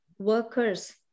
workers